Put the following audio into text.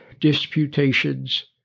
disputations